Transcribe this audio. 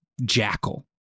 jackal